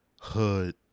hood